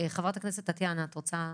חברת הכנסת טטיאנה, את רוצה להתייחס?